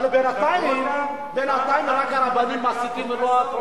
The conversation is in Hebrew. אבל בינתיים רק הרבנים מסיתים ולא הפרופסורים,